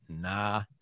Nah